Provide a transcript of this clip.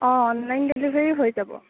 অঁ অনলাইন ডেলিভাৰীও হৈ যাব